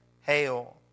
Hail